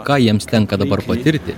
ką jiems tenka dabar patirti